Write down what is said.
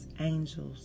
angels